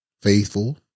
faithful